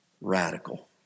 radical